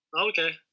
okay